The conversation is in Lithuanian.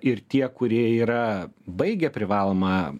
ir tie kurie yra baigę privalomą